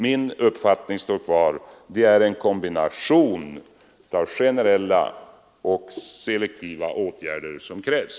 Min uppfattning står kvar: Det är en kombination av generella och selektiva åtgärder som krävs.